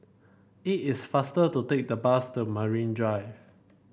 it is faster to take the bus to Marine Drive